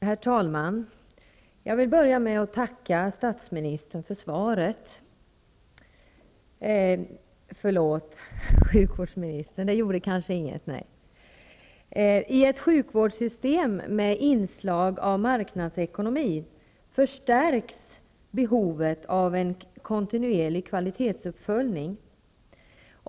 Herr talman! Jag vill börja med att tacka sjukvårdsministern för svaret. I ett sjukvårdssystem med inslag av marknadsekonomi förstärks behovet av en kontinuerlig kvalitetsuppföljning.